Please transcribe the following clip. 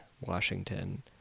Washington